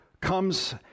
comes